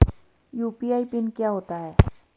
UPI PIN क्या होता है?